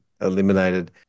eliminated